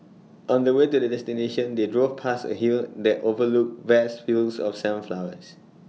on the way to their destination they drove past A hill that overlooked vast fields of sunflowers